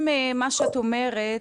בעצם, מה שאת אומרת,